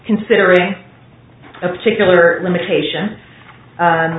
considering a particular limitation on